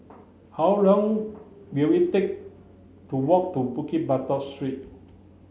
how long will it take to walk to Bukit Batok Street